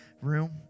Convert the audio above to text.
room